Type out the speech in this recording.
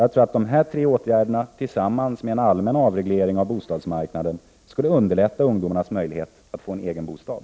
Jag tror att de här tre åtgärderna, tillsammans med en allmän avreglering av bostadsmarknaden, skulle underlätta för ungdomar att få en egen bostad.